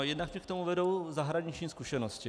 Jednak mě k tomu vedou zahraniční zkušenosti.